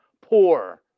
poor